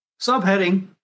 Subheading